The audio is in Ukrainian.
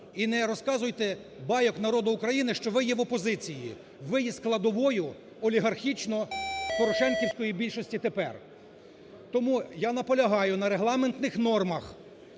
і не розказуйте байок народу України, що ви є в опозиції. Ви є складовою олігархічно-порошенківської більшості тепер. Тому я наполягаю на регламентних нормах